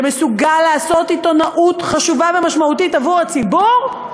שמסוגל לעשות עיתונאות חשובה ומשמעותית עבור הציבור,